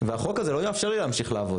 והחוק הזה לא יאפשר לי להמשיך לעבוד.